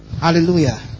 Hallelujah